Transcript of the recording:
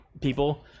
people